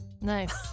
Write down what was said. Nice